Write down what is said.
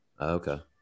Okay